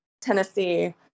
Tennessee